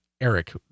Eric